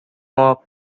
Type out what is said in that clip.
more